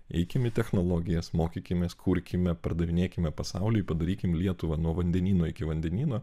eikim į technologijas mokykimės kurkime pardavinėkime pasauliu padarykime lietuvą nuo vandenyno iki vandenyno